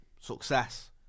success